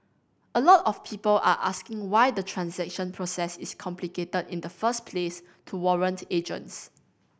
a lot of people are asking why the transaction process is complicated in the first place to warrant agents